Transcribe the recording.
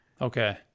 okay